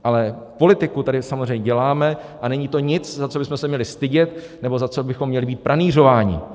Ale politiku tady samozřejmě děláme a není to nic, za co bychom se měli stydět nebo za co bychom měli být pranýřováni.